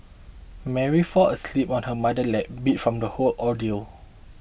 Mary fell asleep on her mother's lap beat from the whole ordeal